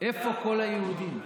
איפה כל היהודים?